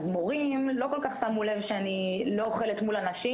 אז מורים לא כל כך שמו לב שאני לא אוכלת מול אנשים,